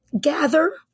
gather